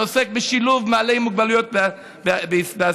שעוסק בשילוב בעלי מוגבלויות בעסקים,